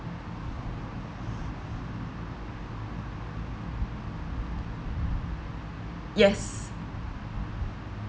yes